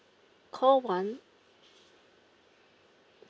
call one